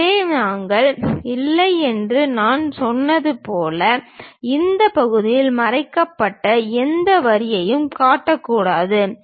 எனவே நாங்கள் இல்லை என்று நான் சொன்னது போல இந்த பாதியில் மறைக்கப்பட்ட எந்த வரிகளையும் காட்டக்கூடாது